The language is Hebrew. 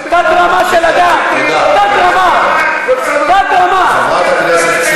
אתם מסיתים, טרור, תת-רמה של אדם.